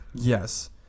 Yes